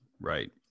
Right